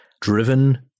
driven